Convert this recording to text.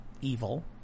evil